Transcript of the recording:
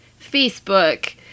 Facebook